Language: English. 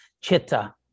chitta